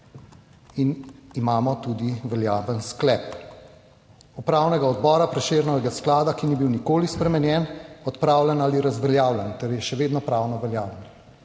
in imamo tudi veljaven sklep Upravnega odbora Prešernovega sklada, ki ni bil nikoli spremenjen, odpravljen ali razveljavljen ter je še vedno pravno veljaven.